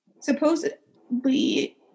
supposedly